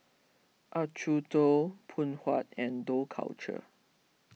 Acuto Phoon Huat and Dough Culture